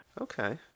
Okay